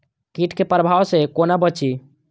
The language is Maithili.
कीट के प्रभाव से कोना बचीं?